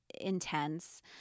intense